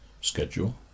Schedule